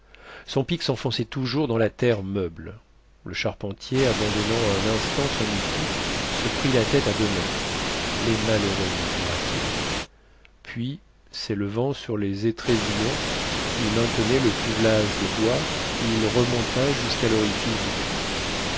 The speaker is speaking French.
son pic s'enfonçait toujours dans la terre meuble le charpentier abandonnant un instant son outil se prit la tête à deux mains les malheureux murmura-t-il puis s'élevant sur les étrésillons qui maintenaient le cuvelage de bois il remonta jusqu'à l'orifice du puits